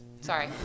Sorry